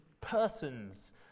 persons